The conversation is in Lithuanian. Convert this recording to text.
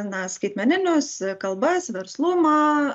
na skaitmeninius kalbas verslumą